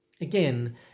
Again